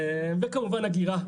וכמובן, אגירה.